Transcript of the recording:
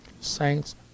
Saints